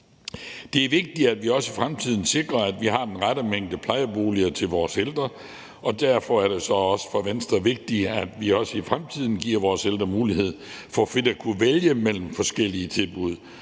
Det er vigtigt, at vi også i fremtiden sikrer, at vi har den rette mængde plejeboliger til vores ældre, og derfor er det også for Venstre vigtigt, at vi i fremtiden giver vores ældre mulighed for frit at kunne vælge mellem forskellige tilbud,